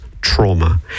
trauma